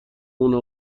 مونم